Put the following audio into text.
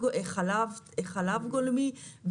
חלב גולמי,